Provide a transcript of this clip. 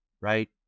right